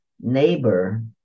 Neighbor